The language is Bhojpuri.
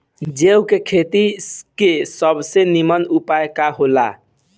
जौ के खेती के सबसे नीमन उपाय का हो ला?